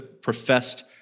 professed